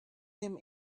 them